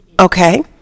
Okay